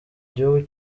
gihugu